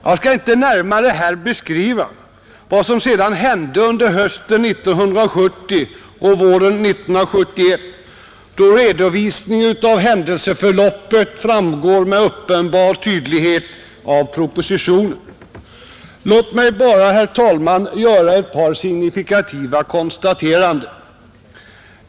Jag skall inte närmare här beskriva vad som sedan hände under hösten 1970 och våren 1971, eftersom händelseförloppet framgår med uppenbar tydlighet av propositionen, Jag vill bara, herr talman, göra ett par signifikativa konstateranden.